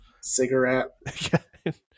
Cigarette